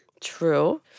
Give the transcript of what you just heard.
True